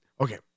Okay